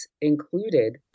included